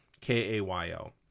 K-A-Y-O